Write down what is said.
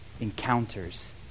encounters